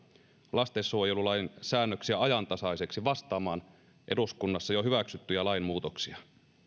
lastensuojelulain säännöksiä ajantasaiseksi vastaamaan eduskunnassa jo hyväksyttyjä lainmuutoksia